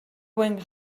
went